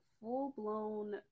full-blown